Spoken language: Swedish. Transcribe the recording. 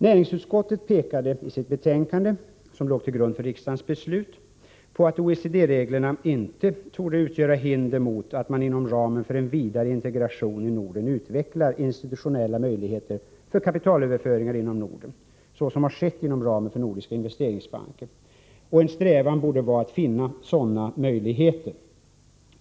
Näringsutskottet pekade i sitt betänkande, som låg till grund för riksdagens beslut, på att OECD-reglerna inte torde utgöra hinder mot att man inom ramen för en — Nr 32 vidare integration i Norden utvecklar institutionella möjligheter för kapital Onsdagen den överföringar inom Norden, så som har skett inom ramen för Nordiska 21 november 1984 investeringsbanken. En strävan borde vara att finna sådana möjligheter.